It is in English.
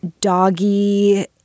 Doggy